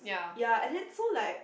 ya and then so like